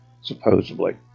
supposedly